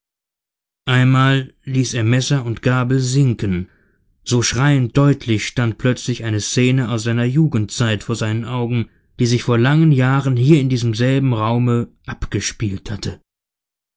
einmal ließ er messer und gabel sinken so schreiend deutlich stand plötzlich eine szene aus seiner jugendzeit vor seinen augen die sich vor langen jahren hier in diesem selben räume abgespielt hatte